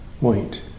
Wait